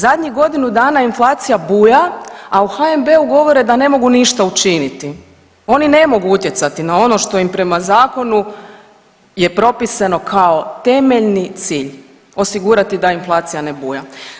Zadnjih godinu dana inflacija buja, a u HNB-u govore da ne mogu ništa učiniti, oni ne mogu utjecati na ono što im prema zakonu je propisano kao temeljni cilj osigurati da inflacija ne buja.